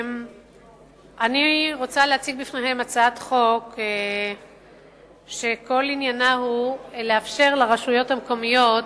אני רוצה להציג בפניכם הצעת חוק שכל עניינה הוא לאפשר לרשויות המקומיות